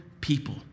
people